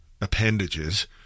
appendages